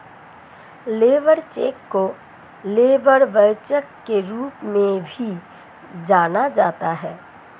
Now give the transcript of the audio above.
labour cheque को labour voucher के रूप में भी जाना जाता है